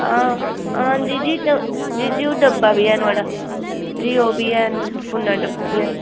हां हांजी जी जी जी ओह् डब्बा बी ऐ नुआढ़ा जे ओह्बी हैन फोना डब्बा बी है